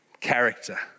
character